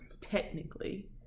Technically